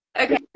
Okay